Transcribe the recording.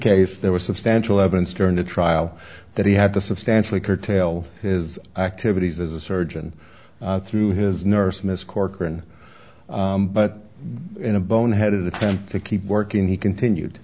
case there was substantial evidence during the trial that he had to substantially curtail his activities as a surgeon through his nurse miss corcoran but in a boneheaded attempt to keep working he continued